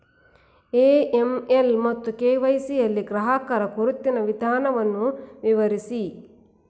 AML ಮತ್ತು KYC ಯಲ್ಲಿ ಗ್ರಾಹಕರ ಗುರುತಿನ ವಿಧಾನವನ್ನು ವಿವರಿಸಿ?